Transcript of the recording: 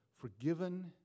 forgiven